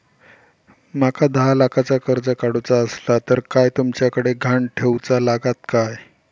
माका दहा लाखाचा कर्ज काढूचा असला तर काय तुमच्याकडे ग्हाण ठेवूचा लागात काय?